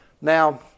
Now